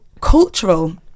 cultural